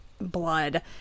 blood